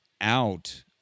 out